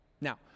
Now